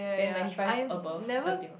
then ninety five above